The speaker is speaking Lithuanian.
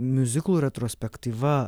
miuziklo retrospektyva